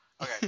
Okay